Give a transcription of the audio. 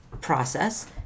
process